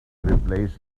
replace